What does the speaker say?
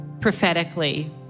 prophetically